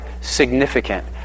significant